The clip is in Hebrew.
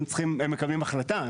הם מקבלים החלטה.